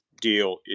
deal